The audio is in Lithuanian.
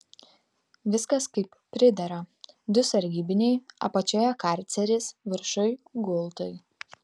viskas kaip pridera du sargybiniai apačioje karceris viršuj gultai